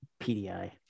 PDI